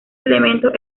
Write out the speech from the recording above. elementos